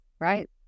right